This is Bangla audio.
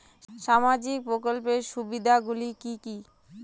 সামাজিক প্রকল্পের সুবিধাগুলি কি কি?